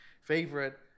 favorite